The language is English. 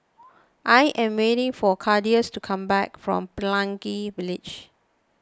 I am waiting for Claudius to come back from Pelangi Village